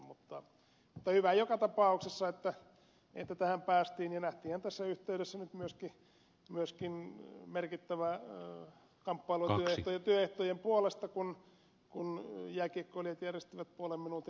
mutta hyvä joka tapauksessa että tähän päästiin ja nähtiinhän tässä yhteydessä myöskin merkittävä kamppailu työehtojen puolesta kun jääkiekkoilijat järjestivät puolen minuutin lakon